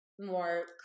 More